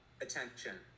attention